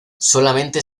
solamente